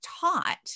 taught